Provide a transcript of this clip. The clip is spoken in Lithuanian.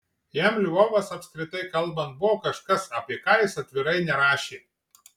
jam lvovas apskritai kalbant buvo kažkas apie ką jis atvirai nerašė